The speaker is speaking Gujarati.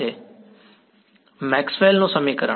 વિદ્યાર્થી મેક્સવેલ maxwell's નું સમીકરણ